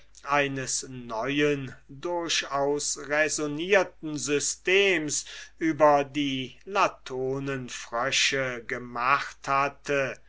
eines neuen durchaus raisonnierten systems über die latonenfrösche gemacht hatte